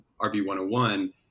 RB101